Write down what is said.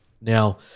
Now